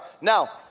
now